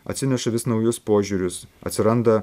atsineša vis naujus požiūrius atsiranda